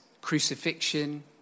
crucifixion